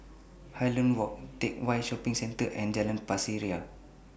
Highland Walk Teck Whye Shopping Centre and Jalan Pasir Ria